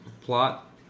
plot